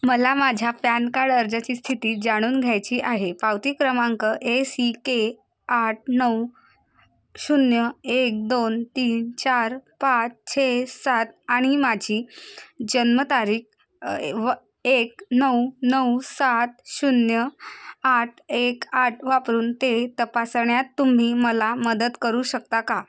मला माझ्या PAN card अर्जाची स्थिती जाणून घ्यायची आहे पावती क्रमांक ए सी के आठ नऊ शून्य एक दोन तीन चार पाच छे सात आणि माझी जन्मतारीख व एक नऊ नऊ सात शून्य आठ एक आठ वापरून ते तपासण्यात तुम्ही मला मदत करू शकता का